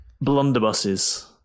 blunderbusses